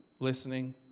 listening